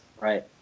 Right